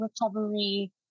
Recovery